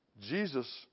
Jesus